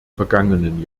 vergangenen